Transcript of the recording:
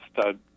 stud